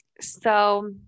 So-